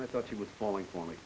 or thought he was falling for me